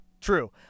true